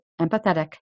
empathetic